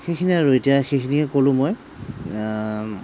সেইখিনিয়ে আৰু এতিয়া সেইখিনিয়ে ক'লোঁ মই